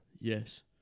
Yes